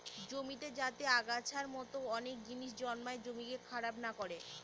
জমিতে যাতে আগাছার মতো অনেক জিনিস জন্মায় জমিকে খারাপ না করে